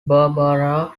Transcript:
barbara